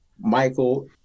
Michael